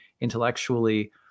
intellectually